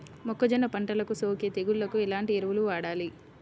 మొక్కజొన్న పంటలకు సోకే తెగుళ్లకు ఎలాంటి ఎరువులు వాడాలి?